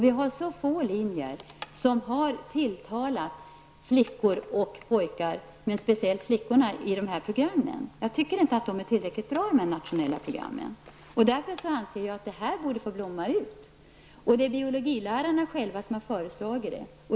Vi har så få linjer som tilltalar både flickor och pojkar, och speciellt flickorna, i dessa program. Jag tycker inte att dessa nationella program är tillräckligt bra. Jag anser därför att dessa ämnen borde få blomma ut. Detta har biologilärarna själva föreslagit.